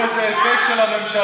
תראו איזה הישג של הממשלה,